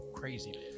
Crazy